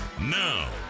now